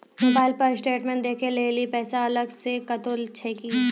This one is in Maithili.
मोबाइल पर स्टेटमेंट देखे लेली पैसा अलग से कतो छै की?